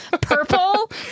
purple